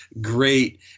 great